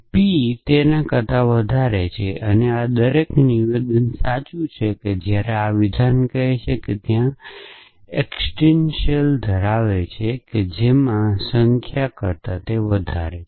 પી તે કરતાં વધારે છે આ નિવેદન સાચું છે જ્યારે આ વિધાન કહે છે કે ત્યાં એકસીટેંટીયલ ધરાવે છે જે દરેક સંખ્યા કરતા વધારે છે